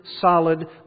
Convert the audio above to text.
solid